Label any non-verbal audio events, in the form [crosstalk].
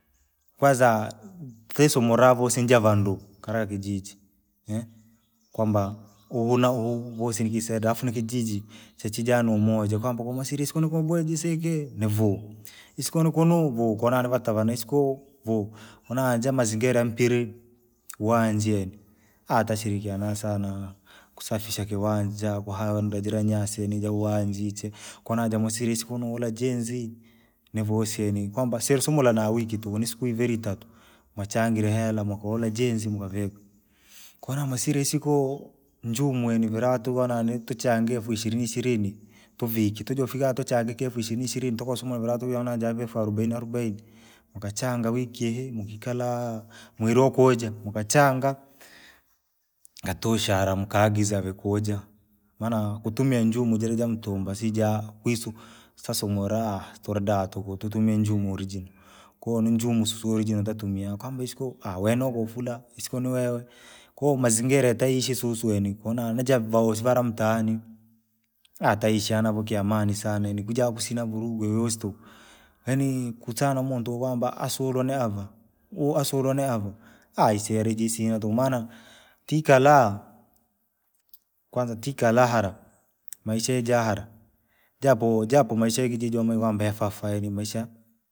Kwanza, kisomolavo sijavandua, karakijiji, [hesitation] kwamba huu na huu vosii nikisidaa afu nikijiji, chechija na umoja kwamba kusire kusika ni kuboa jiji nivuu, isiko kunukunu vu kuvanivatana vaa isiko vuu. Kunahaajea mazingira ya mpiri, uwanja yani, [hesitation] tashirikiana sana, kusafisha kiwanja kuhandaa jire nyasii nijauwanjia chee, konaja misire isiko kanu hula jinzii. Nivosii yenii, kwamba sesumula na wiki tuku ni sita ivere itatu. Mwachangire hela mokohula jenzi mutavikaa, konomosire isiko, njuma yani viratu vanani tuchangiree elfu ishirini ishirini, tuvikee tojofikaa tuchange ishirini ishirini tukasamula viratu vyoviona vya elfu arobaini arobaini. Mkachanga wiki ihi mukikalaa, mweri waukujaa, nakuchanga, katosha hiara mukaagiza vyakuja. Maana kutumia njumu jira jamutumba sijaa kwisu, sasumuraa turidaa tuku tatumia injumu arijino, koninjumu si- orijino tatumia kwamba isiko [hesitation] we nokufura isiko no wewe, koo mazingira toishii susu yanii kononii javawaa mtaani. [hesitation] taisha navo kiamani saana yanii kuja kusina vurugu yayasi tuku. Yanii! Kuchone muntu kwamba asulwa neava huu asulwa neava, [hesitation] aisee ariji asina tuku maana tikilaa, kwanaza tikatala hara, maisha yeja hara. Japo japo maisha yakijiji wamaayire kwamba yafata yani maisha.